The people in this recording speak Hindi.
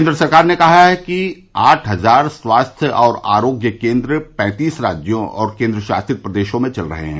केन्द्र सरकार ने कहा है कि आठ हजार स्वास्थ्य और आरोग्य केन्द्र पैंतीस राज्यों और केन्द्रशासित प्रदेशों में चल रहे हैं